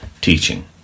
teaching